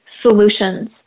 solutions